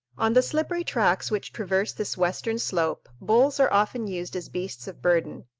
on the slippery tracks which traverse this western slope, bulls are often used as beasts of burden,